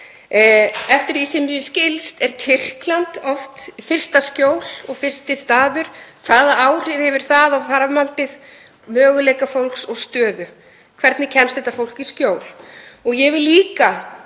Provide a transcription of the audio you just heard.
Eftir því sem mér skilst er Tyrkland oft fyrsta skjól og fyrsti staður. Hvaða áhrif hefur það á framhaldið, á möguleika fólks og stöðu? Hvernig kemst þetta fólk í skjól?